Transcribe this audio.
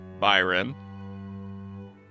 Byron